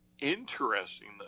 interesting